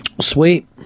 Sweet